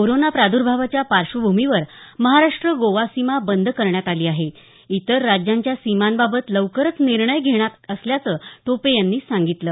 corona प्रादर्भावाच्या पार्श्वभूमीवर महाराष्ट्र गोवा सीमा बंद करण्यात आली आहे इतर राज्यांच्या सीमांबाबत लवकरच निर्णय घेणार असल्याचं टोपे यांनी सांगितलं